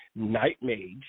Nightmage